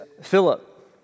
Philip